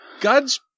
God's